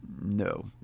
no